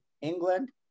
England